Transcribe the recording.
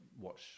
watch